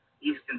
Eastern